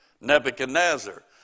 Nebuchadnezzar